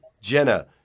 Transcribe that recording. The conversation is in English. Jenna